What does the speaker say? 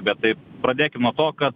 bet taip pradėkim nuo to kad